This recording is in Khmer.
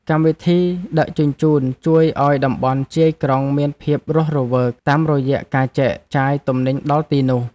កម្មវិធីដឹកជញ្ជូនជួយឱ្យតំបន់ជាយក្រុងមានភាពរស់រវើក តាមរយៈការចែកចាយទំនិញដល់ទីនោះ។